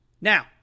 Now